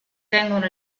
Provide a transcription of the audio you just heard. tengono